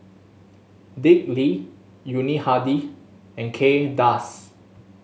Dick Lee Yuni Hadi and Kay Das